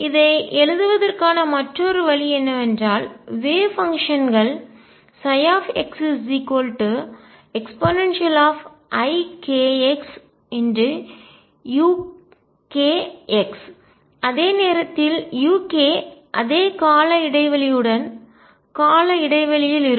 இதை எழுதுவதற்கான மற்றொரு வழி என்னவென்றால் வேவ் பங்ஷன்கள் அலை செயல்பாடு xeikxuk அதே நேரத்தில் uk அதே கால இடைவெளியுடன் கால இடைவெளியில் இருக்கும்